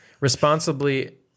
responsibly